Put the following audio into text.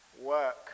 work